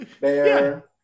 Bear